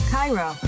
Cairo